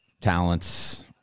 talents